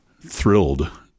thrilled